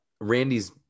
Randy's